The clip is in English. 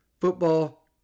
football